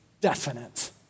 definite